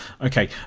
Okay